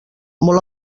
molt